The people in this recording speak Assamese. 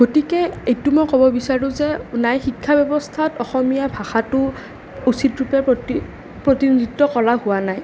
গতিকে এইটো মই ক'ব বিচাৰোঁ যে নাই শিক্ষা ব্যৱস্থাত অসমীয়া ভাষাটো উচিত ৰূপে প্ৰতিনিধিত্ব কৰা হোৱা নাই